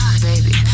Baby